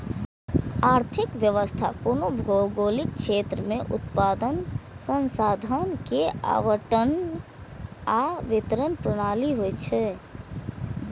आर्थिक व्यवस्था कोनो भौगोलिक क्षेत्र मे उत्पादन, संसाधन के आवंटन आ वितरण प्रणाली होइ छै